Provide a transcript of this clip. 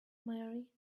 marry